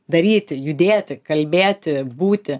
daryti judėti kalbėti būti